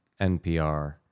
NPR